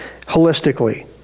Holistically